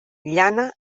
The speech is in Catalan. llana